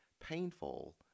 painful